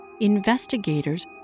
Investigators